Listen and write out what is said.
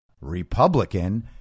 Republican